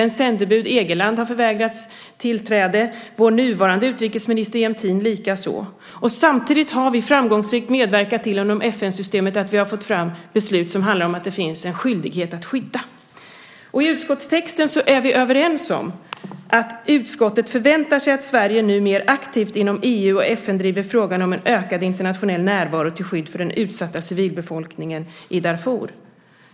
FN:s sändebud Egeland har förvägrats tillträde, likaså vår nuvarande utrikesminister Jämtin. Samtidigt har vi framgångsrikt genom FN-systemet medverkat till att vi har fått fram beslut som handlar om en skyldighet att skydda. I utskottstexten är vi överens och skriver att utskottet förväntar sig att Sverige nu mer aktivt inom EU och FN driver frågan om en ökad internationell närvaro till skydd för den utsatta civilbefolkningen i Darfur.